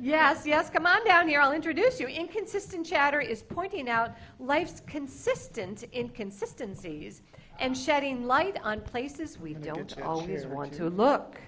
yes yes come on down here i'll introduce you inconsistent chatter is pointing out life's consistent in consistencies and shedding light on places we don't always want to look